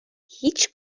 هیچ